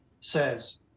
says